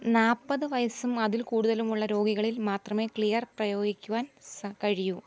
നാല്പത് വയസും അതിൽ കൂടുതലുമുള്ള രോഗികളിൽ മാത്രമേ ക്ലിയർ പ്രയോഗിക്കുവാൻ സ കഴിയൂ